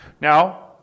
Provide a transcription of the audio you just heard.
Now